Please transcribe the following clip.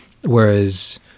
Whereas